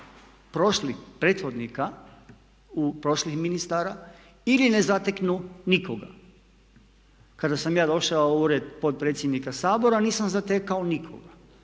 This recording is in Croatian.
prošlih prethodnika u prošlih ministara ili ne zateknu nikoga. Kada sam ja došao u ured potpredsjednika Sabora nisam zatekao nikoga.